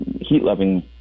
heat-loving